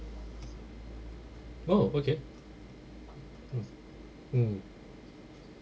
oh okay mm mm